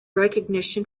recognition